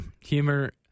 Humor